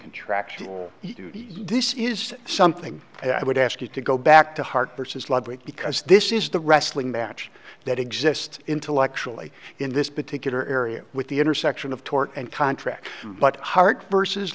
contraction this is something i would ask you to go back to heart versus ludwig because this is the wrestling match that exists intellectually in this particular area with the intersection of tort and contract but heart versus